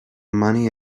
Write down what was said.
money